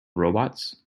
robots